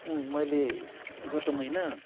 मैले गत महिना